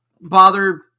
bother